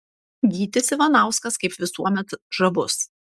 gytis ivanauskas kaip visuomet žavus